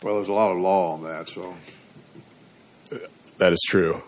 well there's a lot of law that that is true